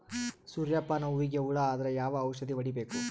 ಸೂರ್ಯ ಪಾನ ಹೂವಿಗೆ ಹುಳ ಆದ್ರ ಯಾವ ಔಷದ ಹೊಡಿಬೇಕು?